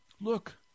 look